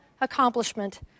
accomplishment